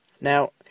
Now